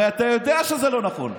הרי אתה יודע שזה לא נכון.